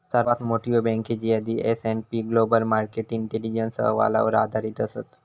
सर्वात मोठयो बँकेची यादी S and P Global Market Intelligence अहवालावर आधारित असत